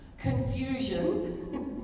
Confusion